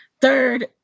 Third